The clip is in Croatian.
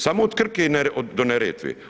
Samo od Krke do Neretve.